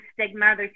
stigma